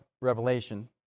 Revelation